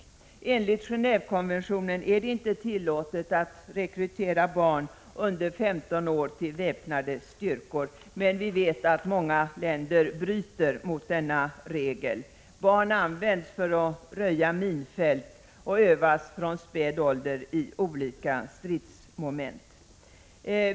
Enligt Gen&vekonventionen är det inte tillåtet att rekrytera barn under 15 år till väpnade styrkor, men vi vet att många länder bryter mot denna regel. Barn används för att röja minfält och övas från späd ålder i olika stridsmoment.